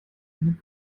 eine